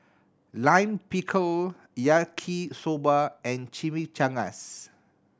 Lime Pickle Yaki Soba and Chimichangas